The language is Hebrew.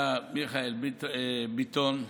היה מיכאל ביטון.